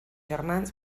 germans